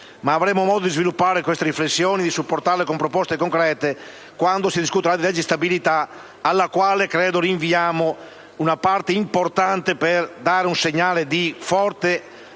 però modo di sviluppare queste riflessioni e di supportarle con proposte concrete quando si discuterà la legge di stabilità, alla quale credo rinviamo una parte importante della nostra azione, al